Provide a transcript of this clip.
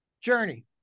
Journey